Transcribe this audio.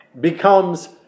becomes